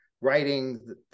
writing